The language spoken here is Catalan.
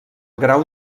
grau